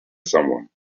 someone